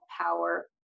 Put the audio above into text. power